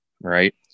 Right